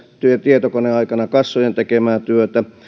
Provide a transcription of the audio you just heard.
tietokoneaikana kassojen tekemää työtä